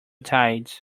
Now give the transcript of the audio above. tides